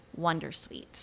Wondersuite